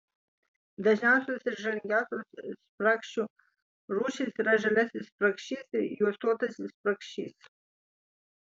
dažniausios ir žalingiausios spragšių rūšys yra žaliasis spragšis ir juostuotasis spragšis